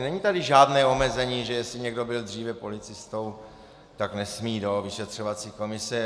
Není tady žádné omezení, že jestli někdo byl dříve policistou, tak nesmí do vyšetřovací komise.